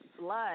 blood